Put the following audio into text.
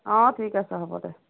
অঁ ঠিক আছে হ'ব দে